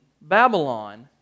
Babylon